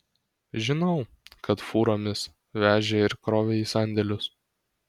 žinau kad fūromis vežė ir krovė į sandėlius